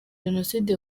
jenoside